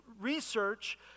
research